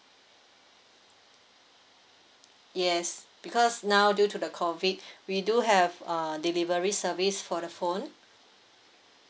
yes because now due to the COVID we do have uh delivery service for the phone